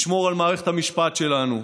לשמור על מערכת המשפט שלנו,